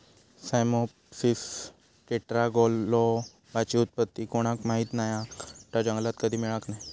Cyamopsis टेट्रागोनोलोबाची उत्पत्ती कोणाक माहीत नाय हा कारण ता जंगलात कधी मिळाक नाय